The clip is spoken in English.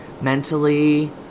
mentally